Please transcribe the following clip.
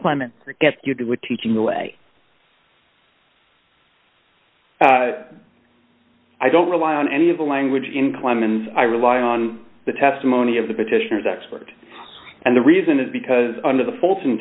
climate you did with teaching your way i don't rely on any of the language in clemens i rely on the testimony of the petitioners expert and the reason is because under the fulton